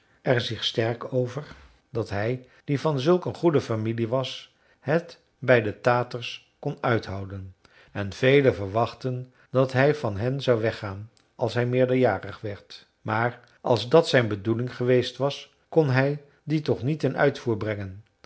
er zich sterk over dat hij die van zulk een goede familie was het bij de taters kon uithouden en velen verwachtten dat hij van hen zou weggaan als hij meerderjarig werd maar als dat zijn bedoeling geweest was kon hij die toch niet ten uitvoer brengen